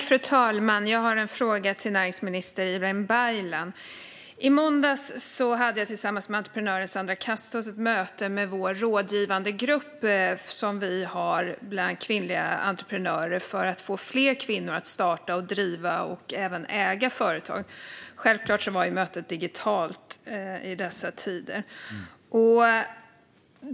Fru talman! Jag har en fråga till näringsminister Ibrahim Baylan. I måndags hade jag tillsammans med entreprenören Sandra Casos ett möte med vår rådgivande grupp med kvinnliga entreprenörer för att få fler kvinnor att starta, driva och även äga företag. Självklart var mötet digitalt i dessa tider.